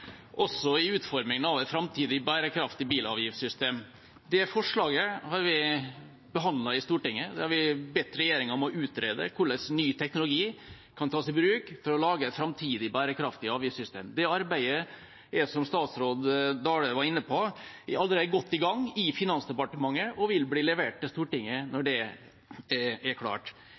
også i utformingen av et framtidig bærekraftig bilavgiftssystem. Det forslaget har vi behandlet i Stortinget. Vi har bedt regjeringa om å utrede hvordan ny teknologi kan tas i bruk for å lage et framtidig bærekraftig avgiftssystem. Det arbeidet er, som statsråd Dale var inne på, allerede godt i gang i Finansdepartementet og vil bli levert til Stortinget når det er klart.